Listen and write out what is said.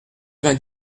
vingt